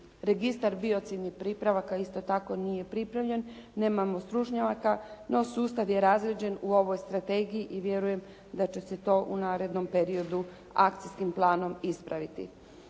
registar biocidnih pripravaka isto tako nije pripremljen, nemamo stručnjaka, no sustav je razrijeđen u ovoj strategiji i vjerujem da će se to u narednom periodu akcijskim planom ispraviti.